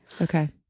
Okay